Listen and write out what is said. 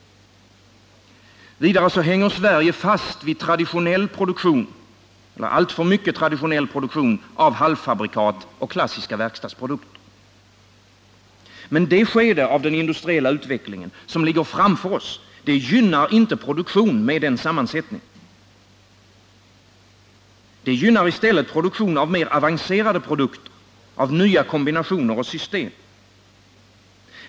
Vidare hänger Sverige alltför mycket fast vid traditionell produktion av halvfabrikat och klassiska verkstadsprodukter. Men det skede av den industriella utvecklingen som ligger framför oss gynnar inte en produktion med den sammansättningen. Det gynnar i stället produktion av mer avancerade produkter, av nya kombinationer och system.